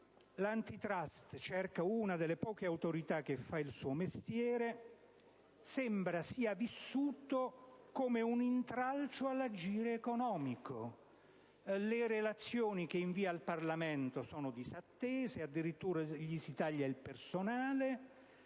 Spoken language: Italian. L'*Antitrust*, una delle poche autorità che fa il suo mestiere, sembra sia vissuta come un intralcio all'agire economico. Le relazioni che invia al Parlamento sono disattese e addirittura le si tagliano personale